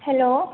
hello